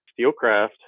steelcraft